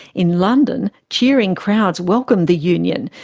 in london, cheering crowds welcomed the union,